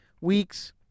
weeks